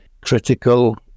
critical